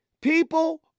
People